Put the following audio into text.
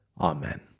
Amen